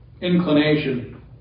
inclination